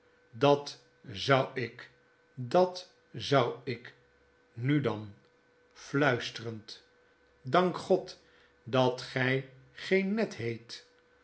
dat zou ik dat zou ik nu dan muisterend dank god dat gy geen ned heet